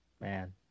Man